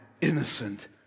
innocent